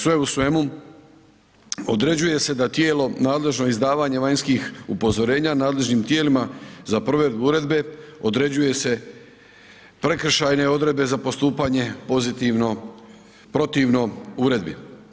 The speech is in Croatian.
Sve u svemu, određuje se da tijelo nadležno izdavanju vanjskih upozorenja nadležnim tijelima za provedbu uredbe, određuje se prekršajne odredbe za postupanje pozitivno protivno uredbi.